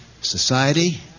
society